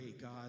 God